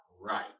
right